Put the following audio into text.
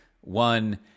one